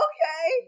Okay